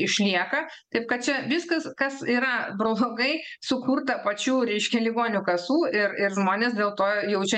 išlieka taip kad čia viskas kas yra blogai sukurta pačių reiškia ligonių kasų ir ir žmonės dėl to jaučia